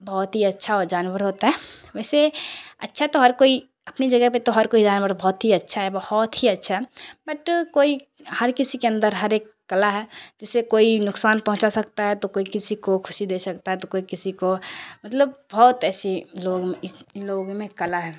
بہت ہی اچھا وہ جانور ہوتا ہے ویسے اچھا تو ہر کوئی اپنی جگہ پہ تو ہر کوئی جانور بہت ہی اچھا ہے بہت ہی اچھا ہے بٹ کوئی ہر کسی کے اندر ہر ایک کلا ہے جیسے کوئی نقصان پہنچا سکتا ہے تو کوئی کسی کو خوشی دے سکتا ہے تو کوئی کسی کو مطلب بہت ایسے لوگ ان لوگوں میں کلا ہے